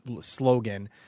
slogan